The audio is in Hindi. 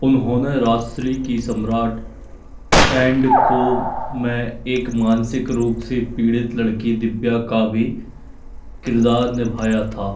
उन्होंने राजश्री की सम्राट एंड को में एक मानसिक रूप से पीड़ित लड़की दिव्या का भी किरदार निभाया था